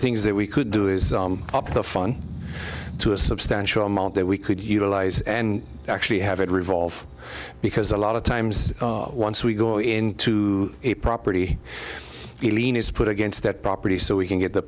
things that we could do is up the fun to a substantial amount that we could utilize and actually have it revolve because a lot of times once we go into a property the lean is put against that property so we can get the